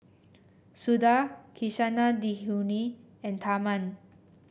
Suda Kasinadhuni and Tharman